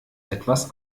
etwas